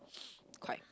quite